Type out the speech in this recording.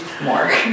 more